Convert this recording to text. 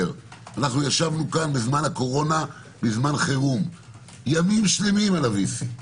ישבנו כאן בזמן הקורונה בזמן חירום ימים שלמים ולילות על ה-VC,